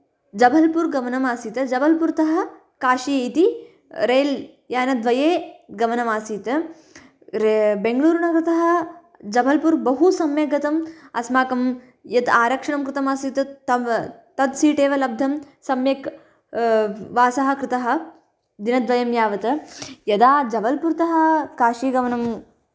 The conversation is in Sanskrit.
जबलपूर् गमनम् आसीत् जबलपूर्तः काशी इति रेल् यानद्वये गमनम् आसीत् रे बेङ्गलुरुनगरतः जबलपूर् बहु सम्यक् गतम् अस्माकं यत् आरक्षणं कृतम् आसीत् तत् सीट् एव लब्धम् सम्यक् वासः कृतः दिनद्वयं यावत् यदा जबलपूर्तः काशी गमनं